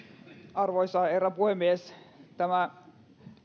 arvoisa herra puhemies tämä